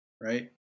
right